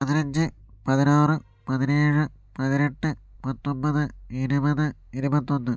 പതിനഞ്ച് പതിനാറ് പതിനേഴ് പതിനെട്ട് പത്തൊൻപത് ഇരുപത് ഇരുപത്തൊന്ന്